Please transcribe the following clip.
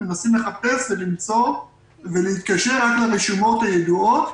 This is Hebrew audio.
מנסים לחפש ולמצוא ולהתקשר רק לרשימות הידועות,